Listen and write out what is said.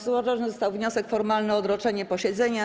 Złożony został wniosek formalny o odroczenie posiedzenia.